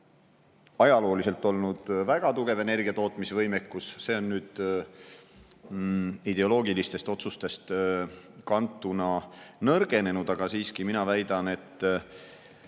on ajalooliselt olnud väga tugev energiatootmisvõimekus. See on nüüd ideoloogilistest otsustest kantuna nõrgenenud. Aga ma siiski väidan